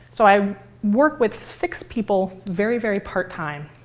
so i work with six people very, very part time.